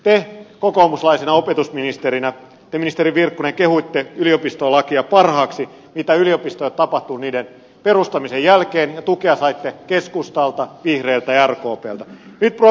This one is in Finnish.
te kokoomuslaisena opetusministerinä ministeri virkkunen kehuitte yliopistolakia parhaaksi mitä yliopistoille tapahtuu niiden perustamisen jälkeen ja tukea saitte keskustalta vihreiltä ja rkpltä